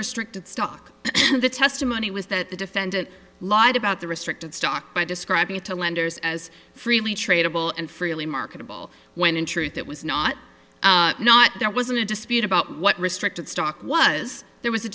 restricted stock and the testimony was that the defendant lied about the restricted stock by describing it to lenders as freely tradeable and freely marketable when in truth it was not not there wasn't a dispute about what restricted stock was there was a